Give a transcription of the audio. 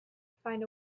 find